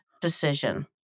decision